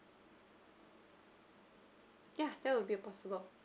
yeah that will be possible